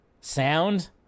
sound